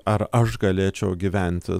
ar aš galėčiau gyventi